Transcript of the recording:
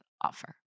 offer